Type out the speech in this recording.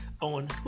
on